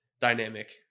dynamic